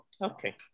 Okay